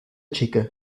chica